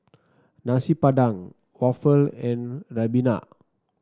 Nasi Padang waffle and ribena